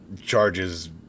charges